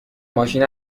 ماشین